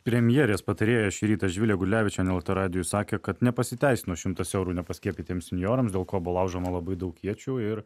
premjerės patarėja šį rytą živilė gudlevičienė lrt radijui sakė kad nepasiteisino šimtas eurų nepaskiepytiems senjorams dėl ko buvo laužoma labai daug iečių ir